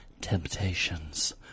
Temptations